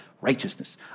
righteousness